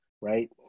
right